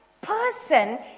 person